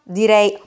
direi